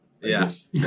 Yes